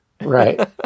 Right